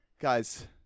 Guys